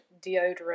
deodorant